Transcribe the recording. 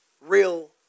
real